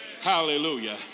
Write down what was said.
Hallelujah